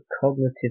cognitive